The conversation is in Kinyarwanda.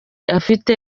afite